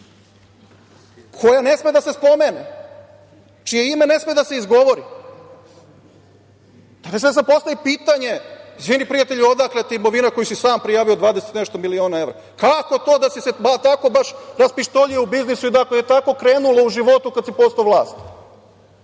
koja ne sme da se spomene, čije ime ne sme da se izgovori. Onda, ne sme da se postavlja pitanje, izvini prijatelju odakle ti imovina koji si sam prijavio 20 i nešto miliona evra? Kako to da si se baš raspištoljio u biznisu i tako je krenulo u životu kad se postao vlast? Znači,